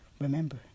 Remember